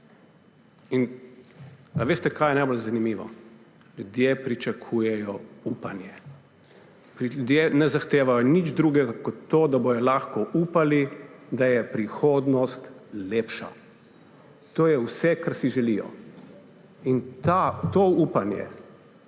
Veste, kaj je najbolj zanimivo? Ljudje pričakujejo upanje. Ljudje ne zahtevajo nič drugega kot to, da bodo lahko upali, da je prihodnost lepša. To je vse, kar si želijo. In to upanje